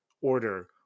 order